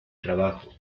trabajo